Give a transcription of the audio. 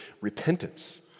repentance